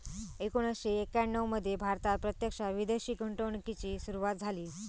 एकोणीसशे एक्याण्णव मध्ये भारतात प्रत्यक्षात विदेशी गुंतवणूकीची सुरूवात झाली